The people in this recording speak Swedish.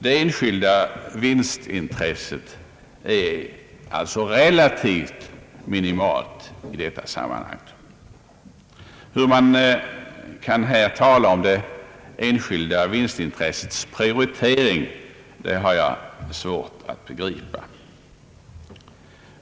Det enskilda vinstintresset är alltså relativt minimalt i detta sammanhang. Hur utskottsmajoriteten här kan tala om det enskilda vinstintressets prioritering, har jag svårt att begripa.